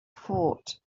fort